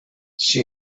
she